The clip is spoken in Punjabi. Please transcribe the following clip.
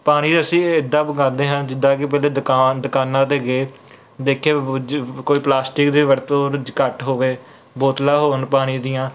ਪਾਣੀ ਅਸੀਂ ਇੱਦਾਂ ਵਗਾਉਂਦੇ ਹਾਂ ਜਿੱਦਾਂ ਕਿ ਪਹਿਲੇ ਦੁਕਾਨ ਦੁਕਾਨਾਂ 'ਤੇ ਗਏ ਦੇਖੇ ਕੁਝ ਕੋਈ ਪਲਾਸਟਿਕ ਦੀ ਵਰਤੋਂ ਉਹਦੇ 'ਚ ਘੱਟ ਹੋਵੇ ਬੋਤਲਾਂ ਹੋਣ ਪਾਣੀ ਦੀਆਂ